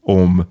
om